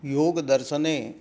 योगदर्शने